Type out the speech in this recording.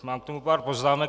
Mám k tomu pár poznámek.